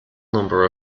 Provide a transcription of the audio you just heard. number